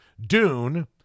Dune